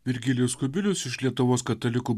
virgilijus kubilius iš lietuvos katalikų